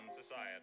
Society